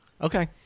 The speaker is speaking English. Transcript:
Okay